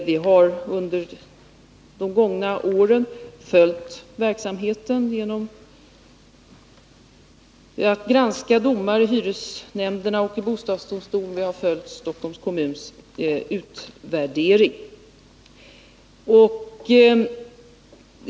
Vi har under de gångna åren följt verksamheten genom att granska domar i hyresnämnder och bostadsdomstolar, och vi har följt Stockholms kommuns utvärdering.